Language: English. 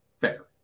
Fair